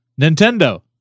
nintendo